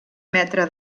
metre